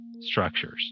structures